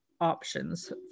options